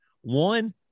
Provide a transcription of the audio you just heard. One